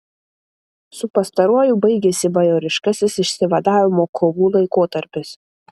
su pastaruoju baigėsi bajoriškasis išsivadavimo kovų laikotarpis